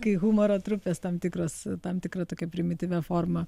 kai humoro trupės tam tikros tam tikra tokia primityvia forma